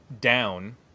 down